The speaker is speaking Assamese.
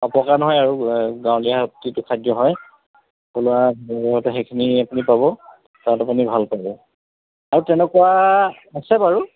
অপকাৰ নহয় আৰু গাঁৱলীয়া যিটো খাদ্য হয় থলুৱা ঘৰুৱাকৈ সেইখিনি আপুনি পাব তাত আপুনি ভাল পাব আৰু তেনেকুৱা আছে বাৰু